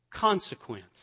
consequence